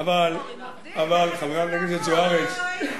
זו דעתי, אבל חברת הכנסת זוארץ,